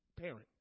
parent